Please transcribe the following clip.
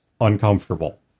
uncomfortable